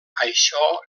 això